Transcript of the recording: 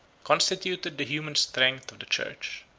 constituted the human strength of the church.